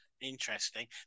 Interesting